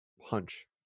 hunch